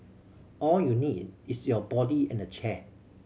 all you need is your body and a chair